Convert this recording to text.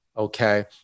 Okay